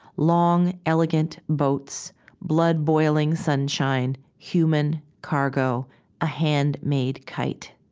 long, elegant boats blood-boiling sunshine, human cargo a handmade kite